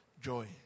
joy